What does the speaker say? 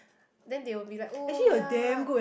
then they will be like oh ya